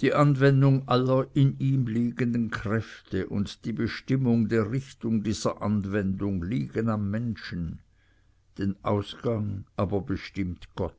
die anwendung aller in ihm liegenden kräfte und die bestimmung der richtung dieser anwendung liegen am menschen den ausgang aber bestimmt gott